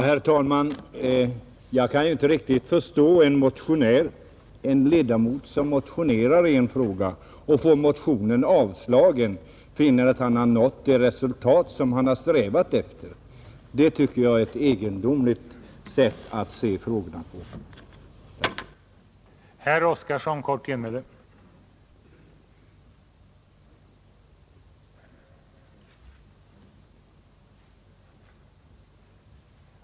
Herr talman! Jag kan inte riktigt förstå att en ledamot, som motionerar i en fråga och får motionen avstyrkt, finner att han har nått det resultat som han har strävat efter. Det tycker jag är ett egendomligt sätt att se frågan på.